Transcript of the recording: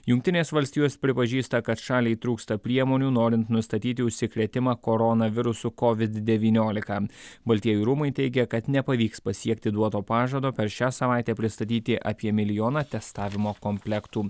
jungtinės valstijos pripažįsta kad šaliai trūksta priemonių norint nustatyti užsikrėtimą koronavirusu kovid devyniolika baltieji rūmai teigia kad nepavyks pasiekti duoto pažado per šią savaitę pristatyti apie milijoną testavimo komplektų